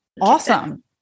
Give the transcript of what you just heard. Awesome